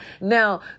Now